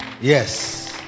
Yes